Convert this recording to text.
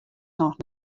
noch